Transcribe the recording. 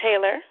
Taylor